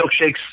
milkshakes